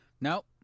Nope